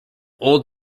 old